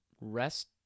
rest